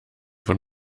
von